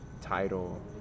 title